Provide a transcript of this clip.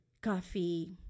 coffee